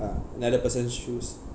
uh another person's shoes